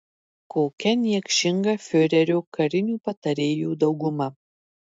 kokia niekšinga fiurerio karinių patarėjų dauguma